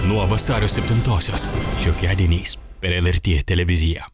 nuo vasario septintosios šiokiadieniais per lrt televiziją